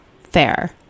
fair